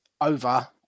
over